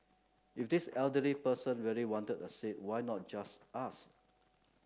if this elderly person really wanted a seat why not just ask